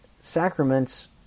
Sacraments